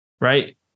right